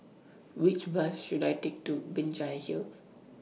Which Bus should I Take to Binjai Hill